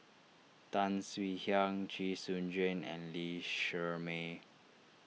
Tan Swie Hian Chee Soon Juan and Lee Shermay